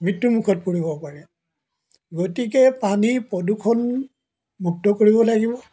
মৃত্যুমুখত পৰিব পাৰে গতিকে পানী প্ৰদূষণ মুক্ত কৰিব লাগিব